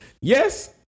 yes